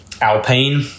Alpine